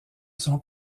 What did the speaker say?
son